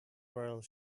world